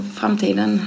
framtiden